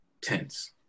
tense